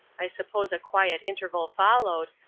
i suppose a quiet interval followed,